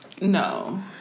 No